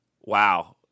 Wow